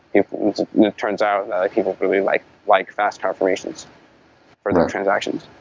it turns out that people really like like fast confirmations for their transactions.